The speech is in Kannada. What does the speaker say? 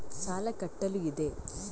ಸಾಲ ಕಟ್ಟಲು ಇದೆ